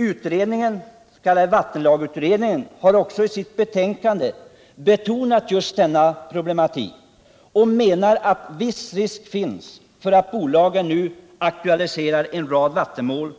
Utredningen, den s.k. vattenlagutredningen, har också i sitt betänkande betonat just denna problematik och menar att viss risk finns för att bolagen nu aktualiserar en rad vattenmål,